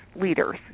leaders